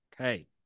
Okay